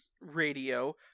Radio